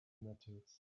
metals